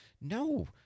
No